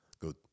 Good